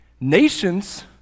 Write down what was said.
Nations